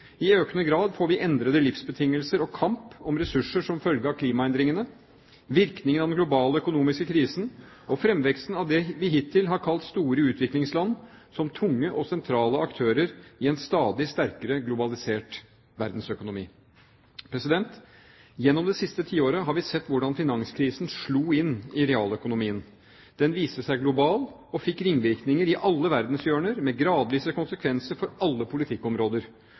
I økende grad får vi endrede livsbetingelser og kamp om ressurser som følge av klimaendringene, virkningene av den globale økonomiske krisen og fremveksten av det vi hittil har kalt store utviklingsland som tunge og sentrale aktører i en stadig sterkere globalisert verdensøkonomi. Gjennom det siste tiåret har vi sett hvordan finanskrisen slo inn i realøkonomien. Den viste seg å være global og fikk ringvirkninger i alle verdenshjørner, med gradvise konsekvenser for alle politikkområder.